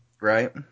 right